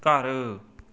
ਘਰ